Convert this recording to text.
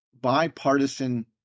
bipartisan